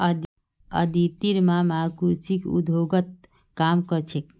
अदितिर मामा कृषि उद्योगत काम कर छेक